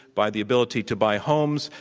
by the ability to buy homes,